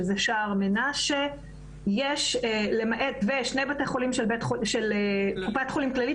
שזה שער מנשה ושני בתי חולים של קופת חולים כללית